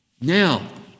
Now